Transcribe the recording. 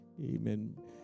Amen